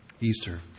Easter